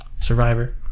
Survivor